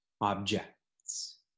objects